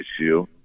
issue